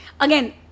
Again